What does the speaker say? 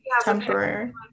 temporary